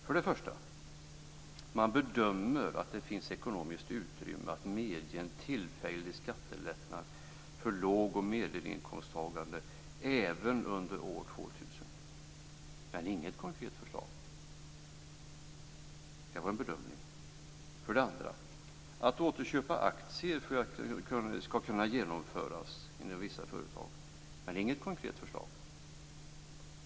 För det första: Man bedömer att det finns ekonomiskt utrymme att medge en tillfällig skattelättnad för låg och medelinkomsttagare även under år 2000 - men inget konkret förslag. Det var en bedömning. För det andra: Återköp av aktier skall kunna genomföras inom vissa företag - men inget konkret förslag.